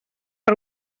per